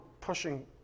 pushing